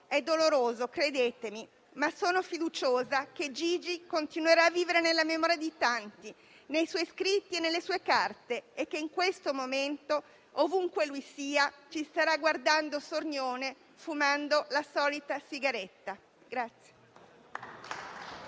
è doloroso, credetemi, ma sono fiduciosa che Gigi continuerà a vivere nella memoria di tanti, nei suoi scritti e nelle sue carte, e che in questo momento, ovunque lui sia, ci starà guardando sornione, fumando la solita sigaretta.